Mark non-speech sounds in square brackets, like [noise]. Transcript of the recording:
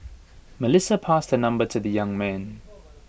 Melissa passed her number to the young man [noise]